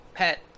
Pet